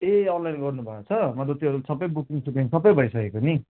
ए online गर्नुभएको छ मतलब त्यो सबै बुकिङ सुकिङ सबै भइसकेको छ नि